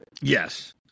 Yes